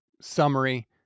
summary